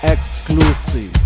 Exclusive